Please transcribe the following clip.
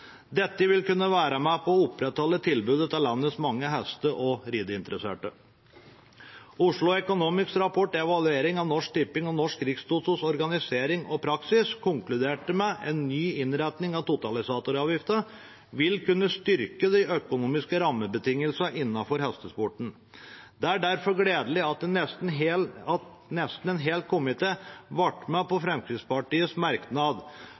Dette vil kunne være med på å opprettholde tilbudet til landets mange heste- og rideinteresserte. Oslo Economics’ rapport om evaluering av Norsk Tippings og Norsk Rikstotos organisering og praksis konkluderte med at en ny innretning av totalisatoravgiften vil kunne styrke de økonomiske rammebetingelsene innenfor hestesporten. Det er derfor gledelig at nesten hele komiteen ble med på Fremskrittspartiets merknad,